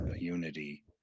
unity